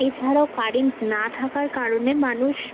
এছাড়াও কারেন্ট না থাকার কারণে মানুষ